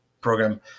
Program